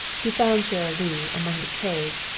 he found sara lee among the k's,